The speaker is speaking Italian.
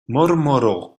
mormorò